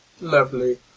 Lovely